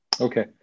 Okay